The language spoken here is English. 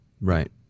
Right